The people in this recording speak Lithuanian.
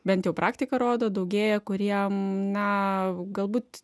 bent jau praktika rodo daugėja kuriem na galbūt